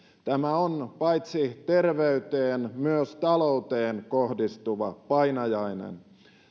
tämä on paitsi terveyteen myös talouteen kohdistuva painajainen